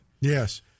Yes